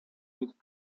nicht